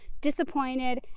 disappointed